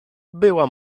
była